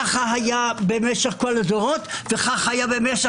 כך היה משך כל הדורות והשנים,